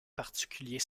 particulier